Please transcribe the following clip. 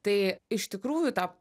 tai iš tikrųjų tą